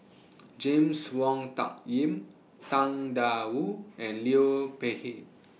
James Wong Tuck Yim Tang DA Wu and Liu Peihe